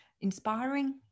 inspiring